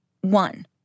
One